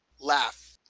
laugh